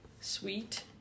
sweet